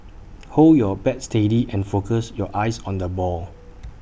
hold your bat steady and focus your eyes on the ball